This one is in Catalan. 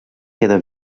queda